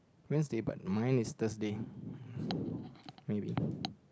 Wednesday but mine's Thursday maybe